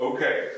Okay